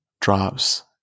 drops